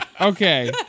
okay